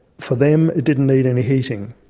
for them it didn't need any heating.